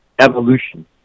evolution